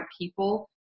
people